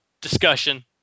discussion